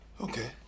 Okay